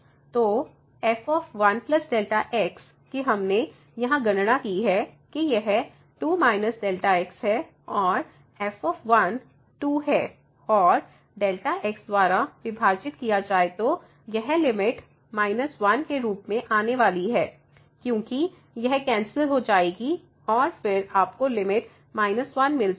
तो f 1 Δx की हमने यहां गणना की है कि यह 2−Δx है और f 2 है और Δx द्वारा विभाजित किया जाए तो यह लिमिट −1 के रूप में आने वाली है क्योंकि यह कैंसिल हो जाएगी और फिर आपको लिमिट 1 मिल जाएगी